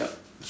yup